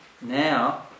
now